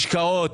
משקאות,